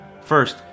First